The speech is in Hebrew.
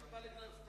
איך אתה מדבר?